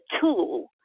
tool